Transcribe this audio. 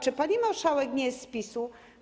Czy pani marszałek nie jest z PiS-u?